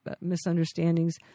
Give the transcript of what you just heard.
misunderstandings